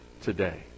today